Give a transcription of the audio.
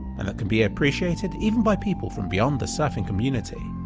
and that can be appreciated even by people from beyond the surfing community.